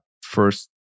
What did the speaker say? first